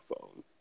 phone